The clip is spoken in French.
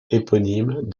éponyme